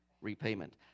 repayment